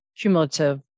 cumulative